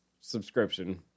subscription